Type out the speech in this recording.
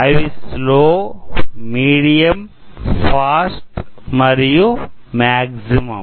అవి slow medium fast మరియు maximum